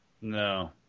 No